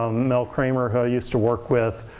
ah mel kramer, who i used to work with,